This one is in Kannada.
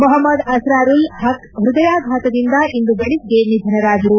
ಮೊಪಮದ್ ಅಸ್ತಾರುಲ್ ಪಕ್ ಪ್ಯದಯಾಘಾತದಿಂದ ಇಂದು ಬೆಳಗ್ಗೆ ನಿಧನರಾದರು